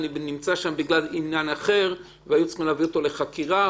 אני נמצא שם בגלל עניין אחר והיו צריכים להביא אותו לחקירה,